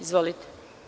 Izvolite.